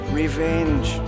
revenge